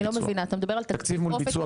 אני לא מבינה, אתה מדבר על תקציב 'אופק ישראלי'?